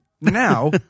Now